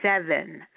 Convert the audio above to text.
seven